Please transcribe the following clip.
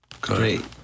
Great